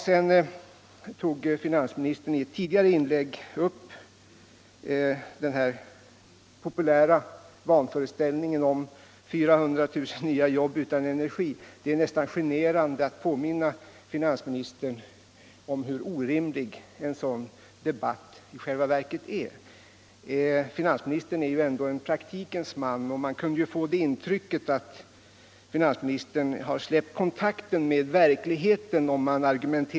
Sedan tog finansministern i ett tidigare inlägg upp den populära vanföreställningen om 400 000 nya jobb utan energi. Det är generande att behöva påminna finansministern om hur orimlig en sådan debatt i själva verket är. Finansministern är ändå en praktikens man. Men om han argumenterar så, kan man få det intrycket att han har släppt kontakten med verkligheten.